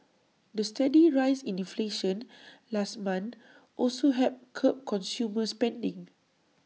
the steady rise in inflation last month also helped curb consumer spending